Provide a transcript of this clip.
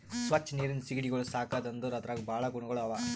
ಸ್ವಚ್ ನೀರಿನ್ ಸೀಗಡಿಗೊಳ್ ಸಾಕದ್ ಅಂದುರ್ ಅದ್ರಾಗ್ ಭಾಳ ಗುಣಗೊಳ್ ಅವಾ